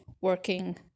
working